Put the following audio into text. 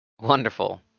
Wonderful